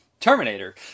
Terminator